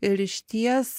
ir išties